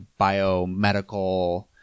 biomedical